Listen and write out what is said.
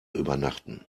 übernachten